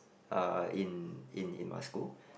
uh in in in my school